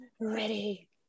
Ready